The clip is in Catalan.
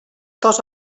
dos